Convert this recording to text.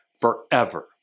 forever